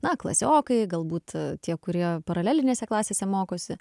na klasiokai galbūt tie kurie paralelinėse klasėse mokosi